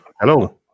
Hello